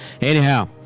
Anyhow